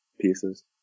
pieces